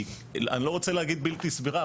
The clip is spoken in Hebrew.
אני לא רוצה להגיד בלתי סבירה,